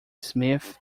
smith